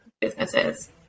Businesses